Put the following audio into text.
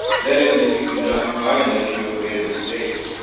that is, if you do not find that you have made a mistake.